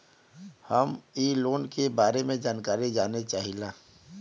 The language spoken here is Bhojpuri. हम इ लोन के बारे मे जानकारी जाने चाहीला?